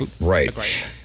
Right